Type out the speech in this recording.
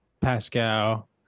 Pascal